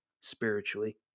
spiritually